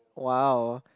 wow